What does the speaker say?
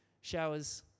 showers